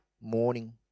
morning